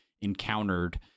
encountered